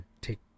take